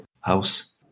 house